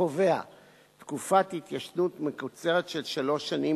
קובע תקופת התיישנות מקוצרת של שלוש שנים